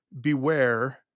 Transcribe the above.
beware